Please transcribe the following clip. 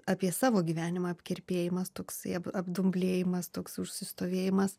apie savo gyvenimą apkerpėjimas toksai abdumblėjimas toks užsistovėjimas